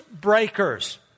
breakers